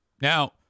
Now